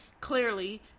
clearly